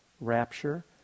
rapture